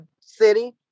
city